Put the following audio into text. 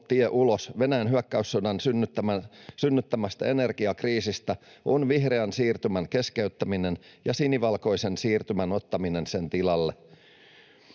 tie ulos Venäjän hyökkäyssodan synnyttämästä energiakriisistä on vihreän siirtymän keskeyttäminen ja sinivalkoisen siirtymän ottaminen sen tilalle.